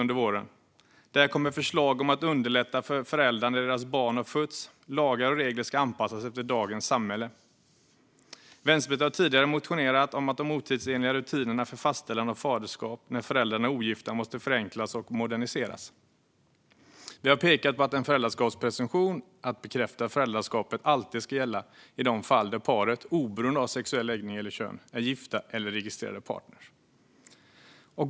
Förslag kommer om att underlätta för föräldrar när deras barn har fötts. Lagar och regler ska anpassas efter dagens samhälle. Vänsterpartiet har tidigare motionerat om att de otidsenliga rutinerna för fastställande av faderskap när föräldrarna är ogifta måste förenklas och moderniseras. Vi har pekat på att en föräldraskapspresumtion - en bekräftelse av föräldraskapet - alltid ska gälla i de fall där paret, oberoende av sexuell läggning eller kön, är gifta eller registrerade partner.